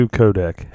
codec